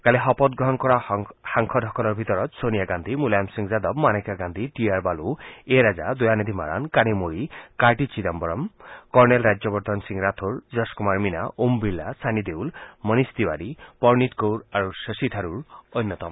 কালি শপতগ্ৰহণ কৰা সাংসদসসকলৰ ভিতৰত Sonia Gandhi Mulayam Singh Yadav Maneka Gandhi T R Baalu A Raja Dayanidhi Maran Kanimozhi Karti Chidambaram colonel Rajyavardhan Singh Rathore Jaskaur Meena Om Birla Sunny Deol Manish Tewari Preneet Kaur আৰু শশী থাৰুৰ অন্যতম